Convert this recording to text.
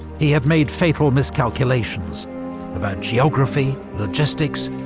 he had made fatal miscalculations about geography, logistics,